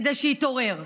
כדי שיתעורר.